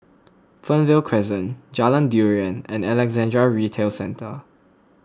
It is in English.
Fernvale Crescent Jalan Durian and Alexandra Retail Centre